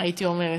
הייתי אומרת,